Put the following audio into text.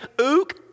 ook